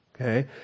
okay